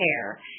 care